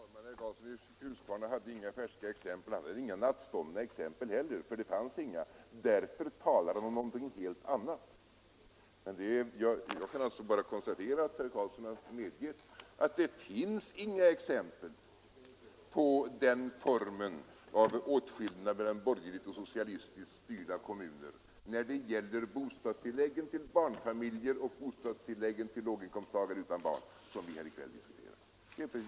Herr talman! Nej, herr Karlsson i Huskvarna hade inga färska exempel. Han hade inga nattståndna exempel heller, eftersom det inte finns några. Därför talade han om någonting helt annat. Jag kan alltså bara konstatera att herr Karlsson medgett att det inte finns några exempel på åtskillnad mellan borgerligt och socialistiskt styrda kommuner när det gäller bostadstilläggen till barnfamiljer och bostadstilläggen till låginkomsttagare utan barn, vilka vi här i kväll diskuterar.